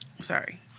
Sorry